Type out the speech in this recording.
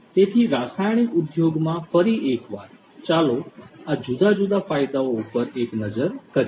તેથી રાસાયણિક ઉદ્યોગમાં ફરી એકવાર ચાલો આ જુદા જુદા ફાયદાઓ પર એક નજર કરીએ